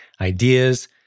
ideas